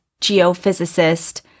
geophysicist